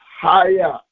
higher